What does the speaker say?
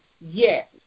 Yes